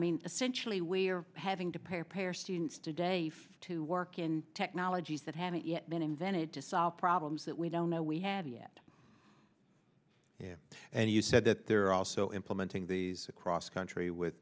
mean essentially we are having to prepare students today for to work in technologies that haven't yet been invented to solve problems that we don't know we have yet and you said that they're also implementing these across country with